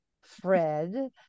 fred